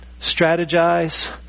strategize